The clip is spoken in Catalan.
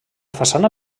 façana